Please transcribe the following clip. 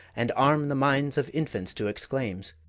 and arm the minds of infants to exclaims.